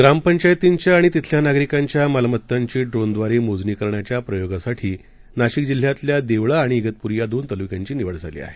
ग्रामपंचायतींच्या आणि तिथल्या नागरिकांच्या मालमत्तांची ड्रोनद्वारे मोजणी करण्याच्या प्रयोगासाठी नाशिक जिल्ह्यातल्या देवळा आणि इगतपुरी या दोन तालुक्यांची निवड झाली आहे